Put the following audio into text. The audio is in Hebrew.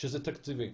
שזה תקציבי.